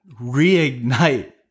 reignite